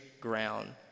ground